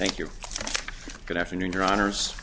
thank you good afternoon your hono